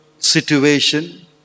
situation